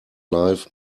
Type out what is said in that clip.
life